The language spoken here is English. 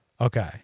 Okay